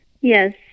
Yes